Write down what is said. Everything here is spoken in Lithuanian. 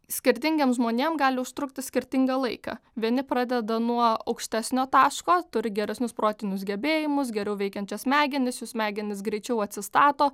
skirtingiem žmonėm gali užtrukti skirtingą laiką vieni pradeda nuo aukštesnio taško turi geresnius protinius gebėjimus geriau veikiančias smegenys jų smegenys greičiau atsistato